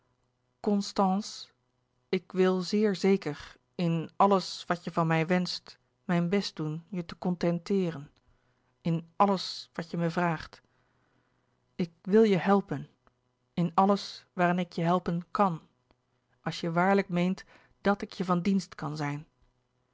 constance ik wil zeer zeker in alles louis couperus de boeken der kleine zielen wat je van mij wenscht mijn best doen je te contenteeren in alles wat je me vraagt ik wil je helpen in alles waarin ik je helpen kan als je waarlijk meent dàt ik je van dienst kan zijn